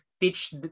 teach